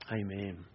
Amen